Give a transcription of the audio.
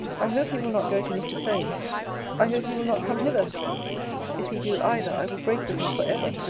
i hope he will not go to mr. solmes i hope he will not come hither if he do either, i will break with him for ever.